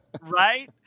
Right